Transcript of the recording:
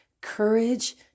courage